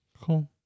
Cool